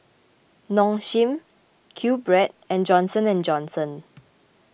Nong Shim Qbread and Johnson and Johnson